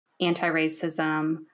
anti-racism